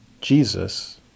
Jesus